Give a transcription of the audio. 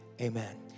amen